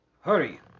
Hurry